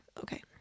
Okay